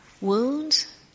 wounds